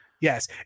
Yes